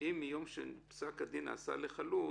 אם מיום שפסק הדין נעשה לחלוט